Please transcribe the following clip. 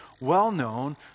well-known